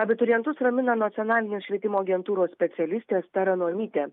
abiturientus ramina nacionalinio švietimo agentūros specialistė asta ranonytė